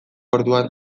orduan